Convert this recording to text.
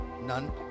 None